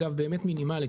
אגב באמת מינימלית,